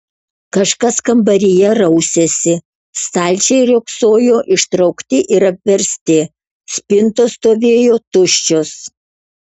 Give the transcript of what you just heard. kažkas kambaryje rausėsi stalčiai riogsojo ištraukti ir apversti spintos stovėjo tuščios